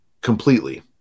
completely